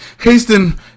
Hasten